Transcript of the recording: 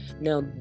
now